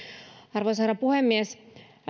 arvoisa herra puhemies